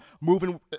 moving